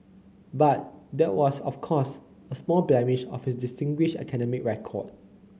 but that was of course a small blemish of his distinguished academic record